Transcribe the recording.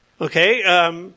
Okay